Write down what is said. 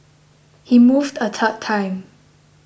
he moved a third time